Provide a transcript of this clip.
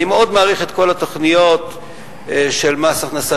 אני מאוד מעריך את כל התוכניות של מס הכנסה